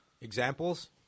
Examples